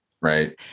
Right